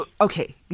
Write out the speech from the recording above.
okay